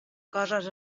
coses